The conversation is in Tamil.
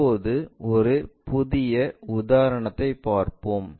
இப்போது ஒரு புதிய உதாரணத்தைப் பார்ப்போம்